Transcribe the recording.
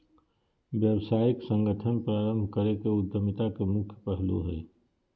व्यावसायिक संगठन प्रारम्भ करे के उद्यमिता के मुख्य पहलू हइ